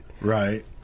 Right